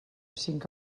cinc